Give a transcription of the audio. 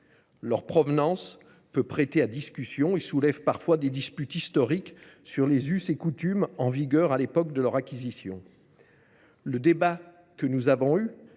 Leur provenance peut prêter à discussion et soulève parfois des disputes historiques sur les us et coutumes en vigueur à l'époque de leur acquisition. Le débat que nous avons eu